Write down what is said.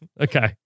Okay